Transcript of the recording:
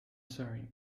sorry